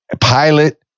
pilot